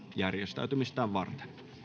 järjestäytymistä varten